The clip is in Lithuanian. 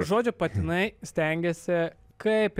žodžiu patinai stengiasi kaip